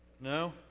No